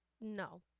no